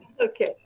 okay